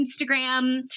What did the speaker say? Instagram